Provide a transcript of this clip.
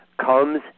comes